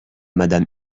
madame